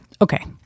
Okay